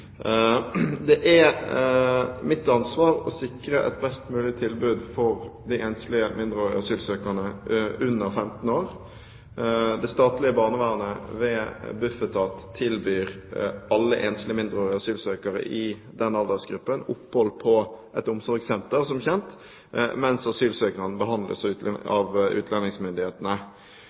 Det er mitt ansvar å sikre et best mulig tilbud til de enslige mindreårige asylsøkerne under 15 år. Det statlige barnevernet ved Bufetat tilbyr alle enslige mindreårige asylsøkere i den aldersgruppen opphold på et omsorgssenter, som kjent, mens asylsøknaden behandles av